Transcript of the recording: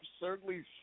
absurdly